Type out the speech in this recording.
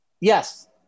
Yes